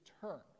turn